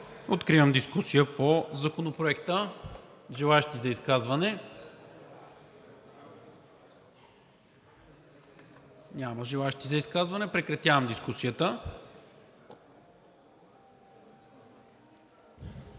Откривам дискусия по Законопроекта. Желаещи за изказване? Няма желаещи за изказване. Прекратявам дискусията.